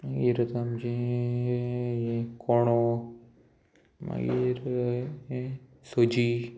मागीर येता आमचें हें कोणो मागीर सजी